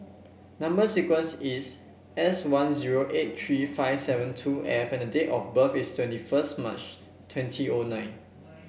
number sequence is S one zero eight three five seven two F and the date of birth is twenty first March twenty O nine